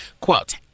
Quote